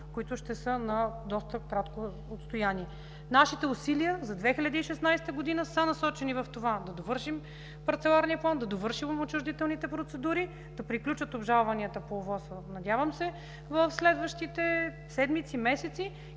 които ще са на доста кратко отстояние. Нашите усилия за 2016 г. са насочени в това да довършим парцеларния фонд, да довършим отчуждителните процедури, да приключат обжалванията по ОВОС в следващите седмици, месеци